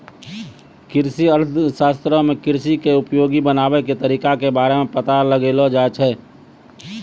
कृषि अर्थशास्त्रो मे कृषि के उपयोगी बनाबै के तरिका के बारे मे पता लगैलो जाय छै